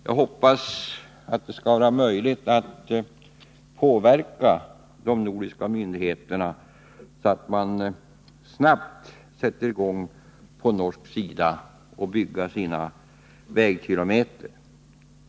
Jag hoppas att det skall vara möjligt att påverka de nordiska myndigheterna så att man snabbt sätter i gång på norsk sida och bygger sina vägkilometer.